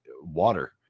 water